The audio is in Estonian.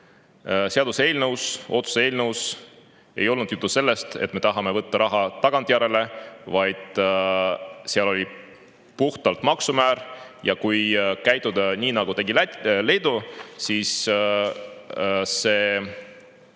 seaduseelnõus, otsuse eelnõus ei olnud juttu sellest, et me tahame võtta raha tagantjärele, vaid seal oli puhtalt maksumäär. Kui käituda nii, nagu tegi Leedu, siis võiks